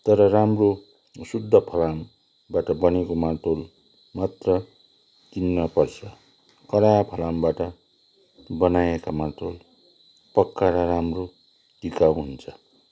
तर राम्रो शद्ध फलामबाट बनेको मार्तोल मात्र किन्नपर्छ कडा फलामबाट बनाएका मार्तोल पक्का र राम्रो टिकाउ हुन्छ